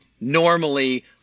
normally